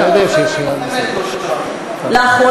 אני רוצה לענות לך.